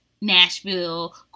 Nashville